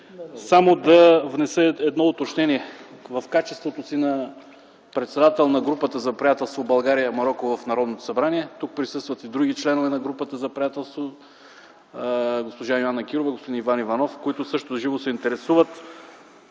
само да внеса едно уточнение в качеството си на председател на Групата за приятелство България-Мароко в Народното събрание. Тук присъстват и други членове на групата за приятелство – госпожа Йоана Кирова, господин Иван Иванов, които също живо се интересуват